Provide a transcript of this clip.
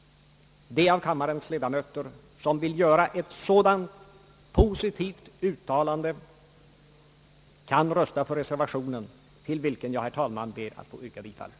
De av kammarens ledamöter som vill göra ett sådant positivt uttalande kan rösta för reservationen, till vilken jag, herr talman, ber att få yrka bifall.